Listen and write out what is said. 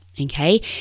Okay